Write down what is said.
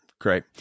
Great